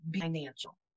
financial